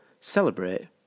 celebrate